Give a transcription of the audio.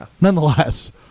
nonetheless